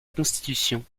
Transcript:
constitution